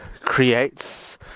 creates